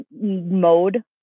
mode